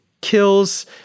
kills